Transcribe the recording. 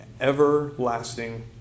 everlasting